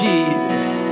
Jesus